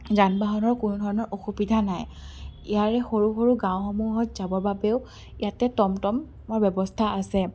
যান বাহনৰ কোনো ধৰণৰ অসুবিধা নাই ইয়াৰে সৰু সৰু গাঁওসমূহত যাবৰ বাবেও ইয়াতে টমটমৰ ব্যৱস্থা আছে